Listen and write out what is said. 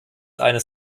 eines